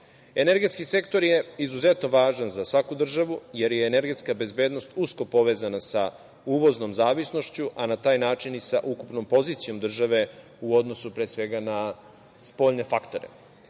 Energetski sektor je izuzetno važan za svaku državu, jer je energetska bezbednost usko povezana sa uvoznom zavisnošću, a na taj način i sa ukupnom pozicijom države u odnosu pre svega na spoljne faktore. Samo